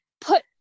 put